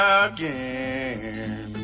again